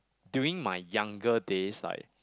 during my younger days like